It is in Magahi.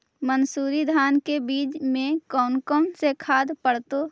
मंसूरी धान के बीज में कौन कौन से खाद पड़तै?